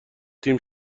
تیم